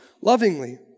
lovingly